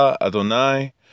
Adonai